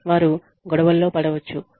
వారు గొడవల్లో పడవచ్చు